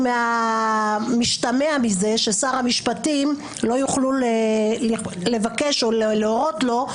משתמע מזה שלא יוכלו לבקש או להורות לשר